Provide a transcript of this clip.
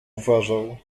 uważał